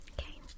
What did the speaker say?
Okay